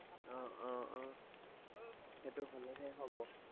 অঁ অঁ অঁ সেইটো হ'লেহে হ'ব